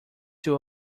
too